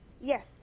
Yes